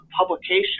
publication